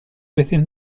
within